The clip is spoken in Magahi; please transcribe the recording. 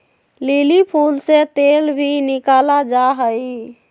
लिली फूल से तेल भी निकाला जाहई